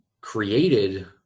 created